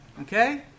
okay